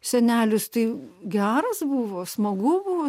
senelis tai geras buvo smagu buvo